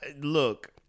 look